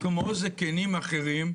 כמו זקנים אחרים,